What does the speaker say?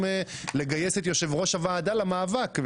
לגייס את יושב-ראש הוועדה למאבק.